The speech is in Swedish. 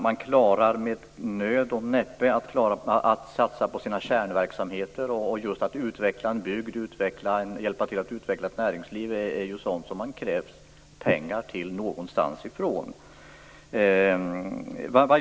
Man klarar med nöd och näppe att satsa på sina kärnverksamheter. Att utveckla en bygd och hjälpa till att utveckla ett näringsliv är ju sådant som det krävs pengar till, och de måste komma någonstans ifrån.